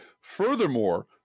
Furthermore